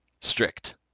strict